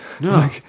No